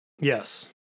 Yes